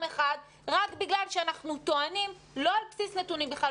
אחד רק בגלל שאנחנו טוענים לא על בסיס נתונים בכלל,